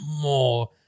more